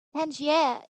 tangier